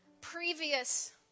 previous